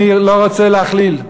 אני לא רוצה להכליל,